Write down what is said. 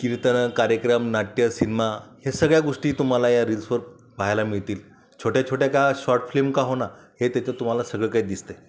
कीर्तनं कार्यक्रम नाट्य सिनमा ह्या सगळ्या गोष्टी तुम्हाला या रील्सवर पाहायला मिळतील छोट्या छोट्या का शॉर्टफ्लिम का हो ना हे तिथं तुम्हाला सगळं काही दिसत आहे